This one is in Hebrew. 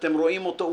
אתם רואים אותו,